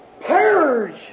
purge